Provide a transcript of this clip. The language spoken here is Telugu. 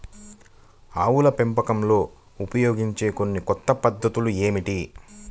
ఆవుల పెంపకంలో ఉపయోగించే కొన్ని కొత్త పద్ధతులు ఏమిటీ?